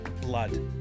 blood